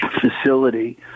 facility